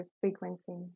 frequency